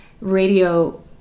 radio